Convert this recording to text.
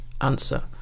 answer